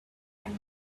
and